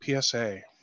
PSA